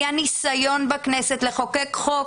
היה ניסיון בכנסת לחוקק את